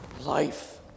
life